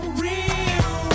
real